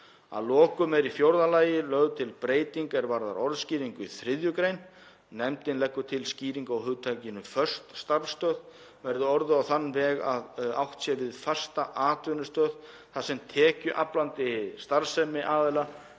Að lokum er í fjórða lagi lögð til breyting er varðar orðskýringu í 3. gr. Nefndin leggur til að skýring á hugtakinu föst starfsstöð verði orðuð á þann veg að átt sé við fasta atvinnustöð þar sem tekjuaflandi starfsemi aðila